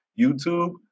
YouTube